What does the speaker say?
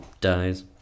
dies